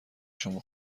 شما